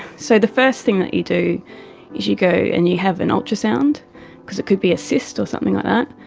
so the first thing that you do is you go and you have an ultrasound because it could be a cyst or something like ah that.